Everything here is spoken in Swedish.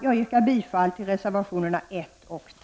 Jag yrkar bifall till reservationerna 1